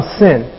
sin